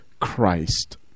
Christ